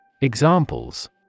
Examples